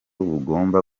bugomba